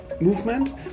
movement